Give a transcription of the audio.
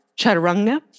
chaturanga